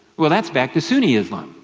well that's back to sunni islam.